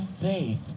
faith